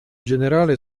generale